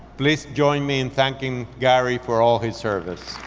please join me in thanking gary for all his service.